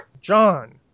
John